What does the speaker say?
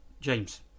James